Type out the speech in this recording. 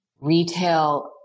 retail